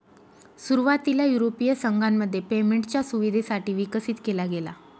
सुरुवातीला युरोपीय संघामध्ये पेमेंटच्या सुविधेसाठी विकसित केला गेला